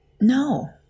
No